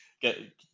get